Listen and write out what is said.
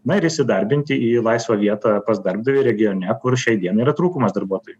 na ir įsidarbinti į laisvą vietą pas darbdavį regione kur šiai dienai yra trūkumas darbuotojų